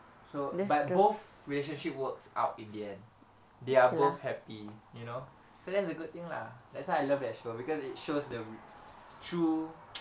so but both relationship works out in the end they are both happy you know so that's a good thing lah that's why I love that show because it shows the true